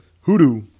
hoodoo